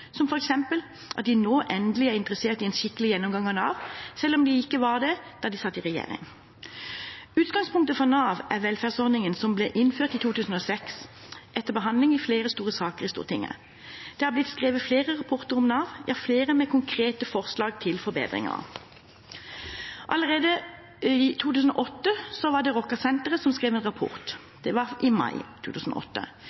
skikkelig gjennomgang av Nav, selv om de ikke var det da de satt i regjering. Utgangspunktet for Nav er velferdsordningen som ble innført i 2006 etter behandling av flere store saker i Stortinget. Det har blitt skrevet flere rapporter om Nav, ja flere med konkrete forslag til forbedringer. Allerede i mai 2008 skrev Rokkansenteret en rapport. Flere masteroppgaver i sosiologi utgitt i 2008 omhandler også Navs organisering og virkemåter. Arbeidsforskningsinstituttet skrev en